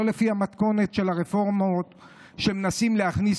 לא לפי המתכונת של הרפורמות שמנסה להכניס